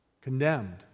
condemned